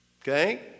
Okay